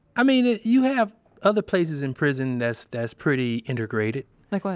i mean, you have other places in prison that's, that's pretty integrated like what?